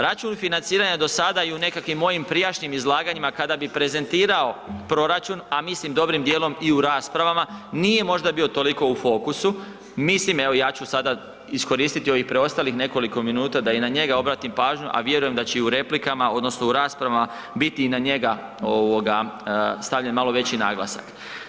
Račun financiranja do sada i u nekakvim mojim prijašnjim izlaganjima kada bi prezentirao proračun, a mislim dobrim dijelom i u raspravama, nije možda bio toliko u fokusu, mislim evo ja ću sada iskoristiti ovih preostalih nekoliko minuta da i na njega obratim pažnju, a vjerujem da će i u replikama odnosno u raspravama biti i na njega stavljen malo veći naglasak.